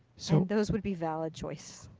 so those would be valid choices.